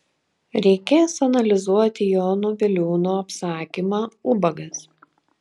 reikės analizuoti jono biliūno apsakymą ubagas